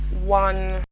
one